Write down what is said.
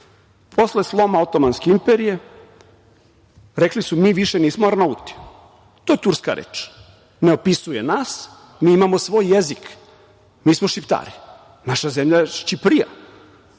Posle sloma Otomanske imperije rekli su - mi više nismo Arnauti, to je turska reč, ne opisuje nas, mi imamo svoj jezik, mi smo Šiptari, naša zemlja Šćiperija.